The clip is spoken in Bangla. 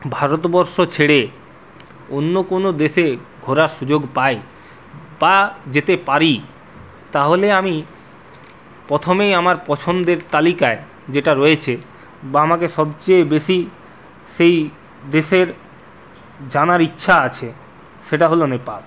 ভারতবর্ষ ছেড়ে অন্য কোনো দেশে ঘোরার সুযোগ পাই বা যেতে পারি তাহলে আমি প্রথমেই আমার পছন্দের তালিকায় যেটা রয়েছে বা আমাকে সবচেয়ে বেশি সেই দেশের জানার ইচ্ছা আছে সেটা হল নেপাল